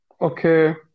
Okay